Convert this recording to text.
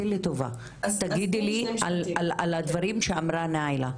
תגידי לי על הדברים שאמרה נאילה,